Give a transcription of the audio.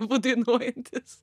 abu dainuojantys